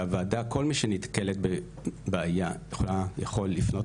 הוועד כל מי שנתקלת או נתקל בבעיה יכולה או יכול לפנות